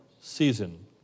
season